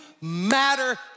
matter